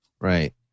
Right